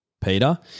Peter